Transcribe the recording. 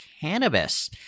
cannabis